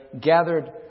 gathered